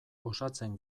osatzen